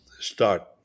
start